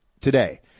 today